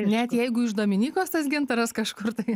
net jeigu iš dominikos tas gintaras kažkur tai